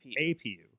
APU